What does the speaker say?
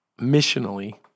missionally